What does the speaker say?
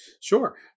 Sure